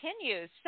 continues